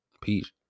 peace